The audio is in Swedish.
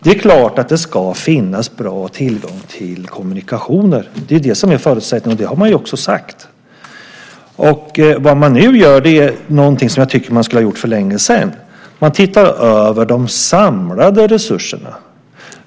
Det är klart att det ska finnas tillgång till bra kommunikationer. Det är förutsättningen, och det har man ju också sagt. Nu gör man någonting som jag tycker att man skulle ha gjort för länge sedan. Man tittar över de samlade resurserna.